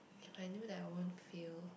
if I knew that I won't fail